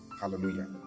hallelujah